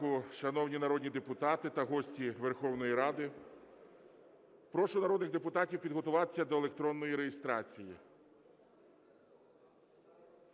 ранку, шановні народні депутати та гості Верховної Ради! Прошу народних депутатів підготуватися до електронної реєстрації.